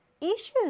issues